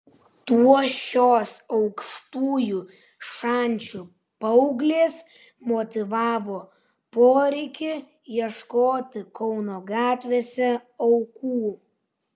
tuo šios aukštųjų šančių paauglės motyvavo poreikį ieškoti kauno gatvėse aukų